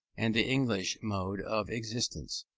and the english mode of existence,